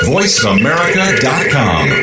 VoiceAmerica.com